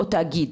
או תאגיד